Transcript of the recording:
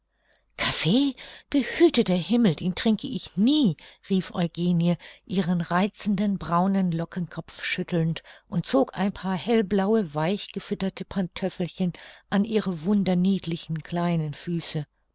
kaffee behüte der himmel den trinke ich nie rief eugenie ihren reizenden braunen lockenkopf schüttelnd und zog ein paar hellblaue weich gefütterte pantöffelchen an ihre wunderniedlichen kleinen füße